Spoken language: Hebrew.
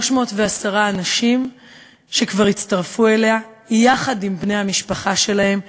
310 אנשים כבר הצטרפו אליה יחד עם בני המשפחה שלהם,